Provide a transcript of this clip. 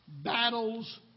battles